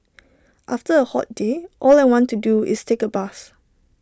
after A hot day all I want to do is take A bath